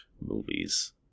movies